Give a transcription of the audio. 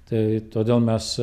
tai todėl mes